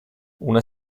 una